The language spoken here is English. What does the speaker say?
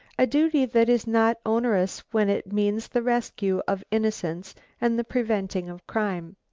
a duty that is not onerous when it means the rescue of innocence and the preventing of crime.